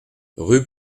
rue